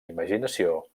imaginació